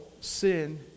sin